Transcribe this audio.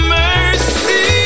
mercy